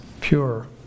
pure